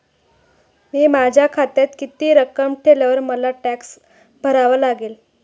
मी माझ्या खात्यात किती रक्कम ठेवल्यावर मला टॅक्स भरावा लागेल?